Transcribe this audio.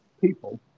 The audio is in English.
people